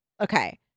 Okay